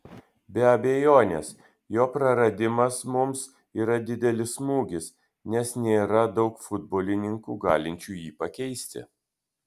be abejonės jo praradimas mums yra didelis smūgis nes nėra daug futbolininkų galinčių jį pakeisti